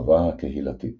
ההרחבה הקהילתית